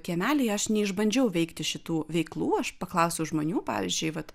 kiemelyje aš neišbandžiau veikti šitų veiklų aš paklausiau žmonių pavyzdžiui vat